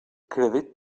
crèdit